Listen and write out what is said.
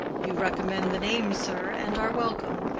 you recommend the name, sir, and are welcome.